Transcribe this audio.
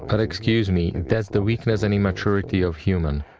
but excuse me, that's the weakness and immaturity of human,